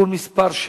נתקבלה.